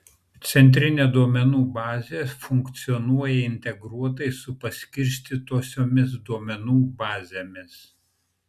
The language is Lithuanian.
centrinė duomenų bazė funkcionuoja integruotai su paskirstytosiomis duomenų bazėmis